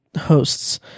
hosts